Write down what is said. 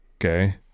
Okay